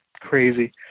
crazy